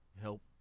help